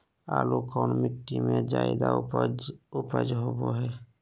आलू कौन मिट्टी में जादा ऊपज होबो हाय?